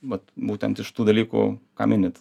vat būtent iš tų dalykų ką minit